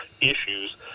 issues